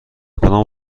کدام